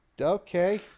Okay